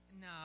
no